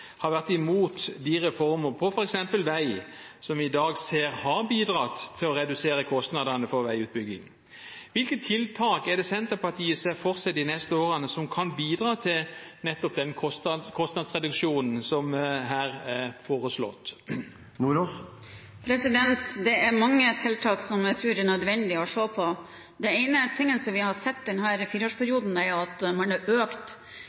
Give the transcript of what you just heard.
ofte vært imot reformer, f.eks. på vei, som vi i dag ser har bidratt til å redusere kostnadene på veiutbygging. Hvilke tiltak er det Senterpartiet ser for seg de neste årene som kan bidra til nettopp den kostnadsreduksjonen som her er foreslått? Det er mange tiltak jeg tror det er nødvendig å se på. Den ene tingen vi har sett denne fireårsperioden, er at man har økt